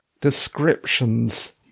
descriptions